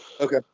Okay